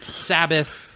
Sabbath